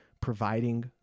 providing